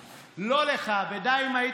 כי הרי מה הבעיה